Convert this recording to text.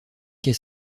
quai